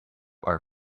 are